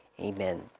Amen